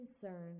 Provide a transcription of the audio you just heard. concern